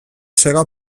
sega